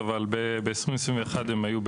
אבל ב-2021 הן היו 27%,